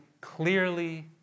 clearly